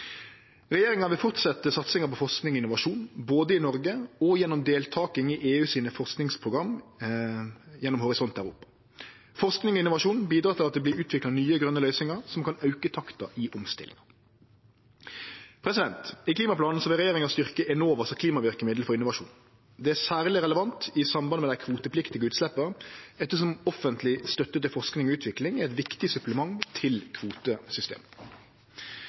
Regjeringa vil fortsetje satsinga på forsking og innovasjon, både i Noreg og gjennom deltaking i EUs forskingsprogram gjennom Horisont Europa. Forsking og innovasjon bidreg til at det vert utvikla nye grøne løysingar som kan auke takta i omstillinga. I klimaplanen vil regjeringa styrkje Enovas klimaverkemiddel for innovasjon. Det er særleg relevant i samband med dei kvotepliktige utsleppa, ettersom offentleg støtte til forsking og utvikling er eit viktig supplement til kvotesystemet.